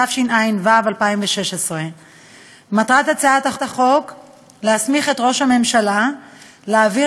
התשע"ו 2016. מטרת הצעת החוק להסמיך את ראש הממשלה להעביר